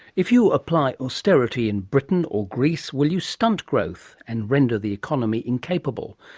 if you apply austerity in britain or greece, will you stunt growth and render the economy incapable?